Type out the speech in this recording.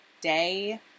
day